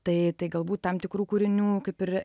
tai tai galbūt tam tikrų kūrinių kaip ir